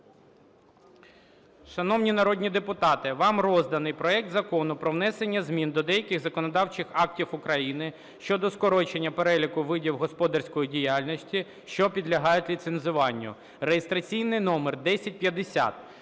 Шановні народні депутати, вам розданий проект Закону про внесення змін до деяких законодавчих актів України щодо скорочення переліку видів господарської діяльності, що підлягають ліцензуванню (реєстраційний номер 1050).